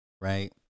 Right